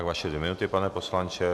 Vaše dvě minuty, pane poslanče.